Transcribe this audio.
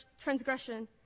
transgression